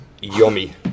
yummy